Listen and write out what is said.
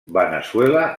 veneçuela